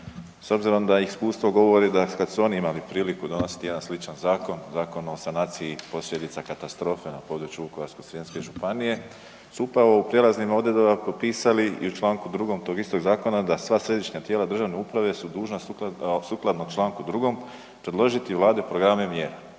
s obzirom da iskustvo govori da kada su oni imali priliku donositi jedan sličan zakon, Zakon o sanaciji posljedica katastrofe na području Vukovarsko-srijemske županije su upravo u prijelaznim odredbama propisali i u čl. 2. tog istog zakona da sva središnja tijela državne uprave su dužna sukladno čl. 2. predložiti Vladi programe mjera